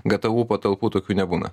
gatavų patalpų tokių nebūna